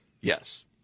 yes